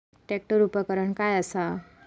Tractor उपकरण काय असा?